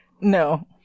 No